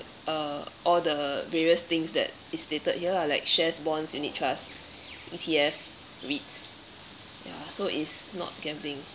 uh all the various things that is stated here lah like shares bonds unit trust E_T_F REITs ya so it's not gambling